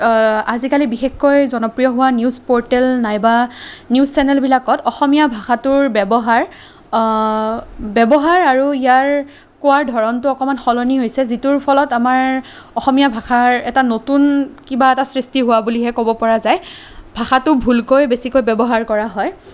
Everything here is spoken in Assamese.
আজিকালি বিশেষকৈ জনপ্ৰিয় হোৱা নিউজ প'ৰ্টেল নাইবা নিউজ চেনেলবিলাকত অসমীয়া ভাষাটোৰ ব্য়ৱহাৰ ব্য়ৱহাৰ আৰু ইয়াৰ কোৱাৰ ধৰণটো অকমান সলনি হৈছে যিটোৰ ফলত আমাৰ অসমীয়া ভাষাৰ এটা নতুন কিবা এটাৰ সৃষ্টি হোৱা বুলিহে ক'ব পৰা যায় ভাষাটো ভুলকৈ বেছিকৈ ব্য়ৱহাৰ কৰা হয়